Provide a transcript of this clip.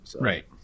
Right